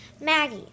Maggie